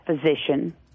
physician